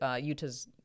Utah's